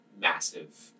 massive